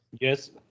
Yes